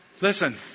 Listen